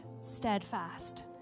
steadfast